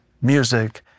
music